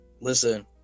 Listen